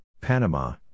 Panama